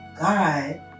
god